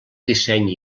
disseny